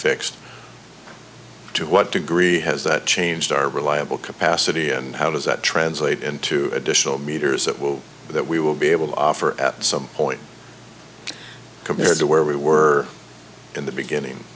fixed to what degree has that changed our reliable capacity and how does that translate into additional meters that will that we will be able to offer at some point compared to where we were in the beginning